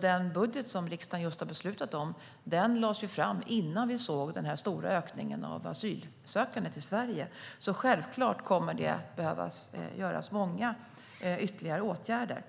Den budget som riksdagen just har beslutat om lades fram innan vi såg den stora ökningen av asylsökande till Sverige. Självklart kommer det att behöva vidtas många ytterligare åtgärder.